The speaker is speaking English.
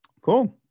Cool